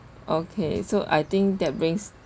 okay so I think that brings